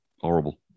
Horrible